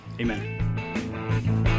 amen